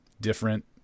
different